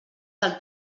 del